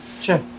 Sure